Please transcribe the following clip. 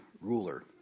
ruler